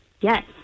Yes